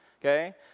okay